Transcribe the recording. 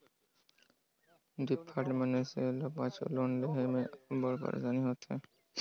defaulter मइनसे ल पाछू लोन लेहे ले अब्बड़ पइरसानी होथे